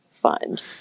find